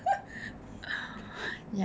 ya